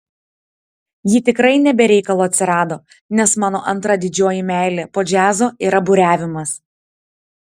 ji tikrai ne be reikalo atsirado nes mano antra didžioji meilė po džiazo yra buriavimas